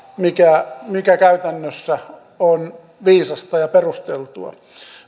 mikä mikä käytännössä on viisasta ja perusteltua